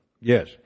Yes